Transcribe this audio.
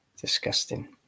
disgusting